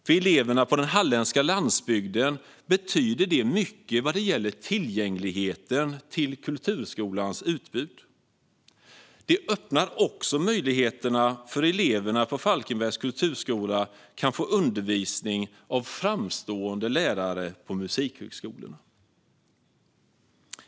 För eleverna på den halländska landsbygden betyder strategin mycket vad gäller tillgängligheten till kulturskolans utbud. Den öppnar också möjligheter för eleverna på Falkenbergs kulturskola att få undervisning av framstående lärare på musikhögskolorna.